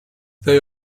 they